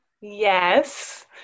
Yes